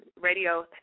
radio